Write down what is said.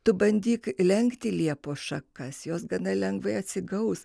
tu bandyk lenkti liepos šakas jos gana lengvai atsigaus